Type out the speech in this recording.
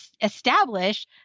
establish